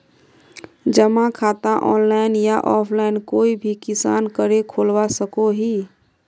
जमा खाता ऑनलाइन या ऑफलाइन कोई भी किसम करे खोलवा सकोहो ही?